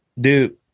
Dude